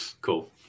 Cool